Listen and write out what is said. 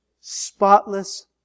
spotless